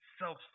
self